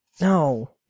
No